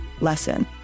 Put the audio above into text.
lesson